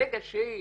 ברגע שהיא